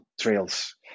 trails